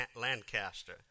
Lancaster